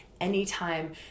Anytime